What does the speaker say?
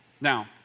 Now